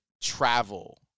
travel